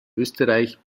österreich